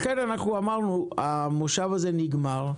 לכן אמרנו שהמושב הזה נגמר,